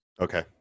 Okay